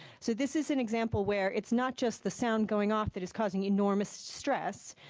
so this is an example where it's not just the sound going off that is causing enormous stress,